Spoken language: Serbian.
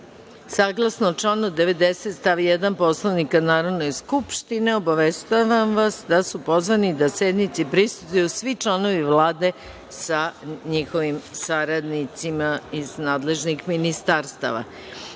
POREZUSaglasno članu 90. stav 1. Poslovnika Narodne skupštine, obaveštavam vas da su pozvani da sednici prisustvuju svi članovi Vlade sa njihovim saradnicima iz nadležnih ministarstava. Primili